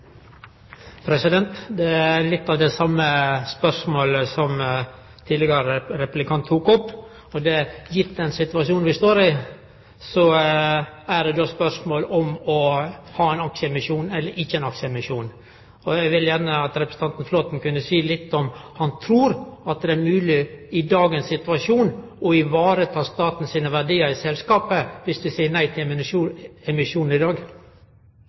Det er litt det same spørsmålet som tidlegare replikant tok opp. Gitt den situasjonen vi står i, er det då spørsmål om å ha ein aksjeemisjon eller ikkje? Eg vil gjerne at representanten Flåtten seier litt om han trur det er mogleg i dagens situasjon å vareta staten sine verdiar i selskapet, viss dei seier nei til emisjon i dag.